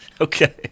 Okay